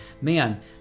man